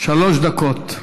שלוש דקות.